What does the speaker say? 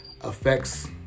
affects